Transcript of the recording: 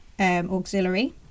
auxiliary